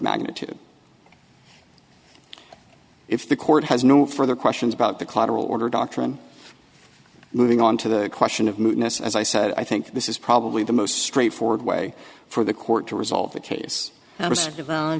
magnitude if the court has no further questions about the collateral order doctrine moving on to the question of mutinous as i said i think this is probably the most straightforward way for the court to resolve the case